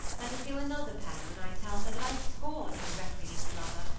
and will feel another pang when i tell her that i scorn her recreant lover,